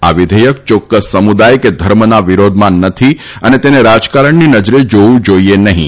આ વિધેયક યોક્ક્સ સમુદાય કે ધર્મના વિરોધમાં નથી અને તેને રાજકારણની નજરે જાવું જાઈએ નહીં